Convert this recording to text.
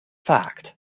fact